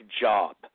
job